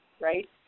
Right